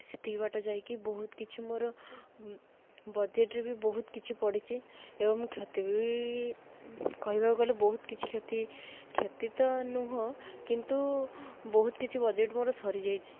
ସେତିକ ବାଟ ଯାଇକି ବହୁତ କିଛି ମୋର ବଜେଟରେ ବି ବହୁତ କିଛି ପଡ଼ିଛି ଏବଂ କ୍ଷତି ବି କହିବାକୁ ଗଲେ ବହୁତ କିଛି କ୍ଷତି କ୍ଷତି ତ ନୁହଁ କିନ୍ତୁ ବହୁତ କିଛି ବଜେଟ୍ ମୋର ସରିଯାଇଛି